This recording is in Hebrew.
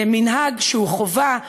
מנהג שהוא חובה,